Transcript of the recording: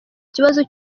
kibazo